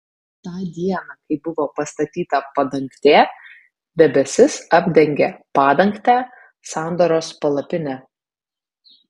tą dieną kai buvo pastatyta padangtė debesis apdengė padangtę sandoros palapinę